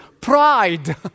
pride